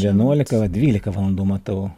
vienuolika va dvylika valandų matau